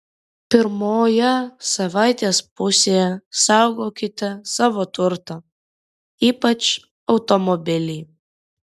pirmoje savaitės pusėje saugokite savo turtą ypač automobilį